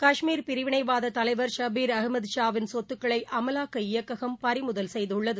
காஷ்மீர் பிரிவினைவாததலைவர் ஷபீர் அகமது ஷாவின் சொத்துக்களைஅமவாக்க இயக்ககம் பறிமுதல் செய்துள்ளது